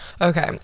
Okay